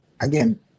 again